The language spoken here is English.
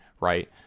right